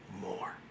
more